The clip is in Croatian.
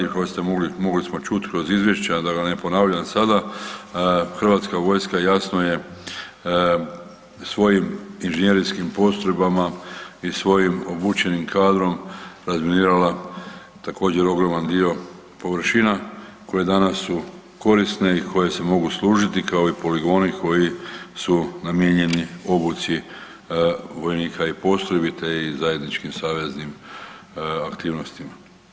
Mogli smo čuti kroz izvješća da ga ne ponavljam sada, hrvatska vojska jasno je svojim inženjerijskim postrojbama i svojim obučenim kadrom razminirala također ogroman dio površina koje danas su korisne i koje se mogu služiti kao i poligoni koji su namijenjeni obuci vojnika i postrojbi te i zajedničkim saveznim aktivnostima.